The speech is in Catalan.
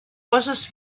coses